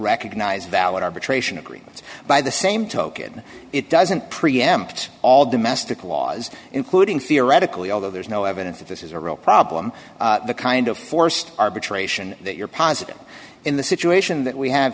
recognize valid arbitration agreements by the same token it doesn't preempt all domestic laws including theoretically although there's no evidence that this is a real problem the kind of forced arbitration that you're positing in the situation that we have